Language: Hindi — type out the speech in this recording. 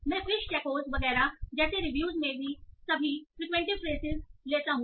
मैं फिश टैकोस वगैरह जैसी रिव्यूज में सभी फ्रिक्वेंट फ्रेसिस लेता हूं